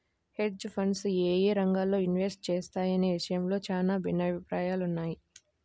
hedge funds యేయే రంగాల్లో invest చేస్తాయనే విషయంలో చానా భిన్నాభిప్రాయాలున్నయ్